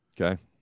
Okay